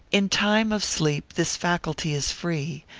in time of sleep this faculty is free,